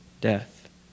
death